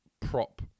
prop